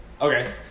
Okay